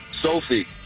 Sophie